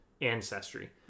ancestry